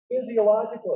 Physiologically